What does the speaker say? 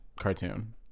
cartoon